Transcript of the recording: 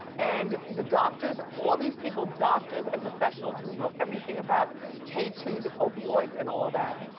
and the doctors, all these people, doctors and professionals who know everything about k two, the opioids and all that.